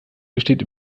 besteht